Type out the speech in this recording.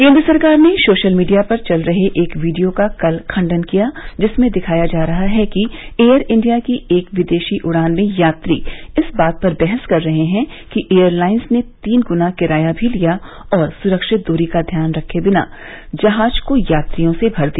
केन्द्र सरकार ने सोशल मीडिया पर चल रहे एक वीडियो का कल खंडन किया जिसमें दिखाया जा रहा है कि एयर इंडिया की एक विदेशी उड़ान में यात्री इस बात पर बहस कर रहे हैं कि एयरलाइन्स ने तीन गुना किराया भी लिया और सुरक्षित दूरी का ध्यान रखे बिना जहाज को यात्रियों से भर दिया